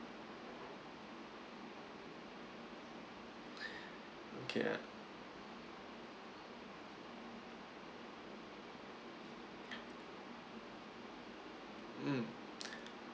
okay ya mm